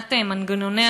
מבחינת מנגנוני